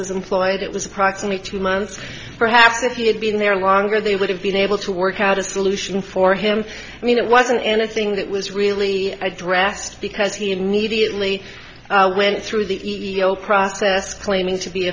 was employed it was approximately two months perhaps if he had been there longer they would have been able to work out a solution for him i mean it wasn't anything that was really drastic because he immediately went through the whole process claiming to be